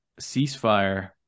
ceasefire